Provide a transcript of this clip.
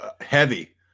heavy